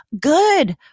good